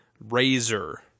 Razor